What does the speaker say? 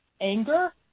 anger